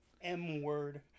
M-word